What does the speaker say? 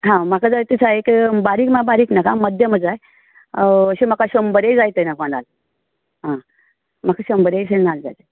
हां म्हाका तशें जाय तर पूण बारीक म्हळ्यार बारीक नाका मध्यम अशें जाय अशें म्हाका शंबरय जाय ते कोतान आं म्हाका शंबर एक नाल्ल जाय